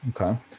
okay